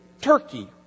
Turkey